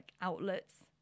outlets